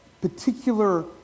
particular